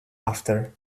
after